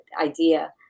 idea